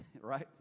right